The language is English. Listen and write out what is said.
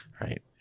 right